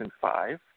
five